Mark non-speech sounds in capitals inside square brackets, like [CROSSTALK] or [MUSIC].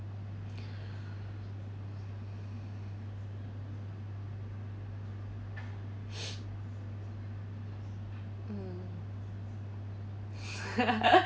[NOISE] mm [LAUGHS]